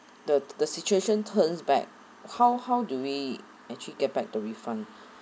the the situation turns back how how do we actually get back the refund